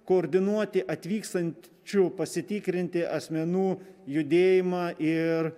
koordinuoti atvykstančių pasitikrinti asmenų judėjimą ir